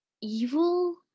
evil